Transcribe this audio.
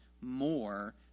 more